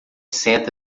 senta